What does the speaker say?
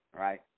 right